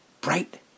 Bright